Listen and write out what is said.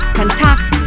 contact